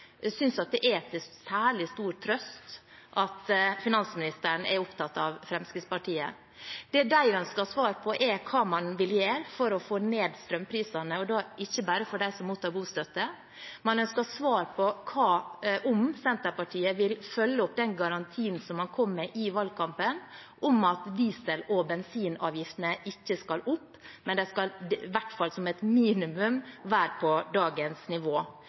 Fremskrittspartiet. Det de ønsker svar på, er hva man vil gjøre for å få ned strømprisene, og da ikke bare for dem som mottar bostøtte. Man ønsker svar på om Senterpartiet vil følge opp den garantien som man kom med i valgkampen, om at diesel- og bensinavgiftene ikke skal opp, men i hvert fall som et minimum være på dagens nivå.